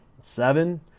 seven